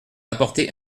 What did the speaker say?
apporter